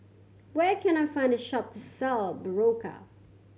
where can I find a shop to sell Berocca